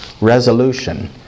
resolution